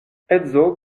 edzo